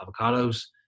avocados